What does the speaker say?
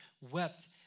wept